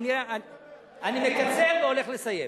אני מקצר והולך לסיים.